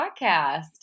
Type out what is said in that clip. podcast